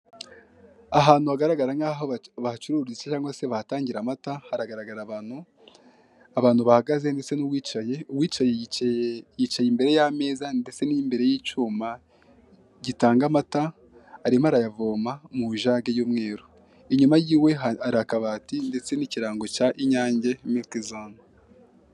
Ahantu hagaragara nkaho bacururiza cyangwa se bahatangira amata, haragaragara abantu, abantu bahagaze ndetse n'uwicaye, uwicaye yicaye imbere y'ameza ndetse n'imbere y'icyuma gitanga amata, arimo arayavoma mu ijage y'umweru. Inyuma y'iwe hari akabati, ndetse n'ikirango cya Inyange Miliki Zone.